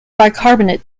bicarbonate